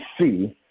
see